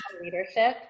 Leadership